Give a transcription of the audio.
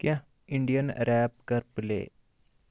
کیٚنٛہہ Indian rap کَر پُلے